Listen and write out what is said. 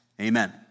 Amen